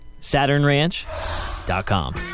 SaturnRanch.com